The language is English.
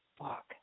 walk